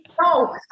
No